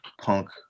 punk